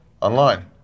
Online